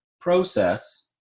process